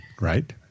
Right